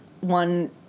one